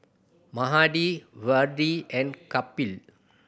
Mahade Vedre and Kapil